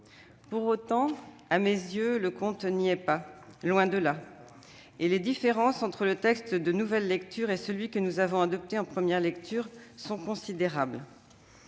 Pour autant, à mes yeux, le compte n'y est pas, loin de là, et les différences entre le texte soumis en nouvelle lecture et celui que nous avons adopté en première lecture sont considérables.